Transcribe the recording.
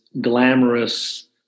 glamorous